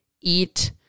eat